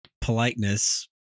politeness